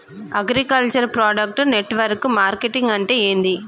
Agriculture product network marketing అంటే ఏంది?